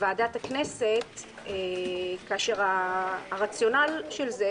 לוועדת הכנסת כאשר הרציונל של זה,